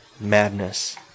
Madness